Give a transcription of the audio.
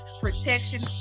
protection